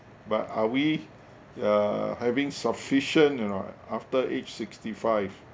but are we uh having sufficient or not after age sixty five